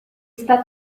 está